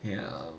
ya